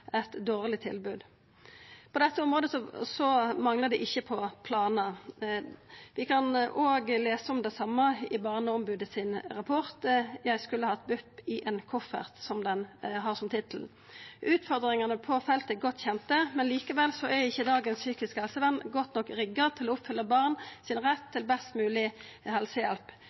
eit dårleg tilbod. På dette området manglar det ikkje på planar. Vi kan lesa om det same i Barneombodets rapport «Jeg skulle hatt BUP i en koffert», som han har som tittel. Utfordringane på feltet er godt kjende, men likevel er det psykiske helsevernet i dag ikkje godt nok rigga til å oppfylla retten barna har til best mogleg helsehjelp.